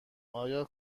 آیا